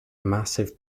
massive